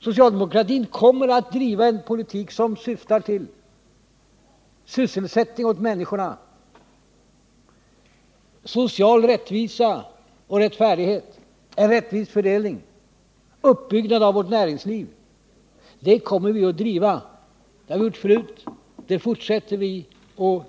Socialdemokratin kommer att driva en politik som syftar till sysselsättning åt människorna, social rättvisa och rättfärdighet, en rättvis fördelning och en uppbyggnad av vårt näringsliv. Den politiken kommer vi att driva. Det har vi gjort förut, och det fortsätter vi med.